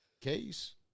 case